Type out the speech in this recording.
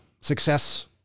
success